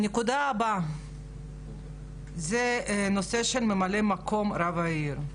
הנקודה הבאה זה הנושא של ממלא מקום רב העיר.